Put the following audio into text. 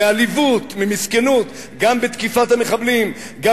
מעליבות, ממסכנות, גם בתקיפת המחבלים, גם